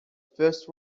first